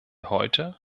heute